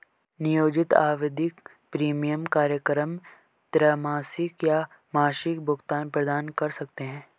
नियोजित आवधिक प्रीमियम कार्यक्रम त्रैमासिक या मासिक भुगतान प्रदान कर सकते हैं